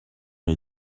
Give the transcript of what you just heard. les